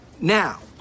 now